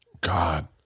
God